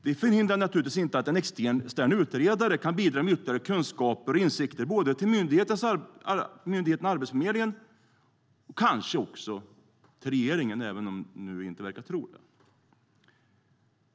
Det förhindrar naturligtvis inte att en extern utredare kan bidra med ytterligare kunskaper och insikter, både till myndigheten Arbetsförmedlingen och kanske också till regeringen, även om man nu inte verkar tro det.